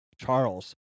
charles